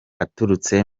aturutse